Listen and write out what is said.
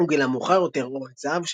הוא גילה מאוחר יותר עורק זהב,